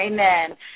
amen